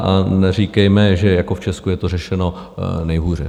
A neříkejme, že jako v Česku je to řešeno nejhůře.